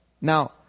Now